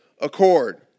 accord